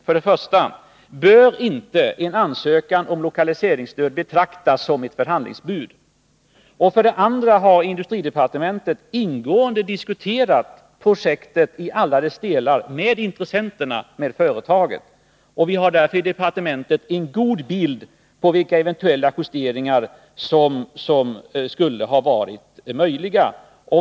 För det första: Bör inte en ansökan om lokaliseringsstöd betraktas som ett förhandlingsbud? För det andra har industridepartementet ingående diskuterat projektet i alla dess delar med intressenterna och företaget. Vi har därför i departementet en god bild av vilka eventuella justeringar som skulle ha varit möjliga.